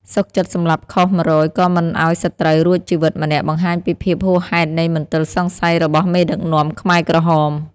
សុខចិត្តសម្លាប់ខុស ១០០ ក៏មិនឱ្យសត្រូវរួចជីវិតម្នាក់បង្ហាញពីភាពហួសហេតុនៃមន្ទិលសង្ស័យរបស់មេដឹកនាំខ្មែរក្រហម។